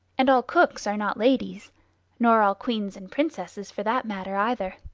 and all cooks are not ladies nor all queens and princesses for that matter, either.